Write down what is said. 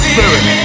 Spirit